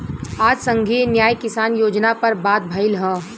आज संघीय न्याय किसान योजना पर बात भईल ह